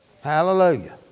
Hallelujah